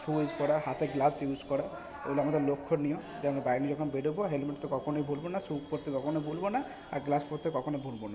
শু use করা হাতে gloves use করা ওগুলো আমাদের লক্ষণীয় যেমন বাইক নিয়ে যখন বেরবো হেলমেট তো কখনোই ভুলবো না শু পরতে কখনো ভুলবো না আর গ্লাভস পরতে কখনো ভুলবো না